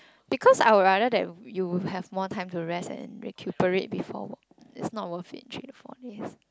because I would rather that you have more time to rest and recuperate before work it's not worth it three to four days